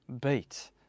beat